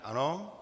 Ano.